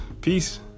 Peace